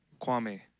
Kwame